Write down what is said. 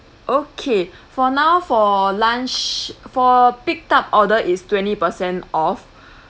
okay for now for lunch for pick up order is twenty per cent off